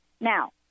Now